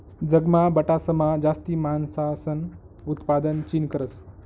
जगमा बठासमा जास्ती मासासनं उतपादन चीन करस